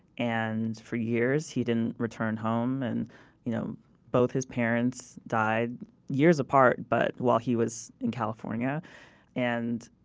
and for years, he didn't return home, and you know both his parents died years apart, but while he was in california and